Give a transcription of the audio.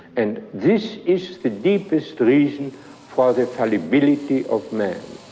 and this is the deepest reason for the fallibility of man.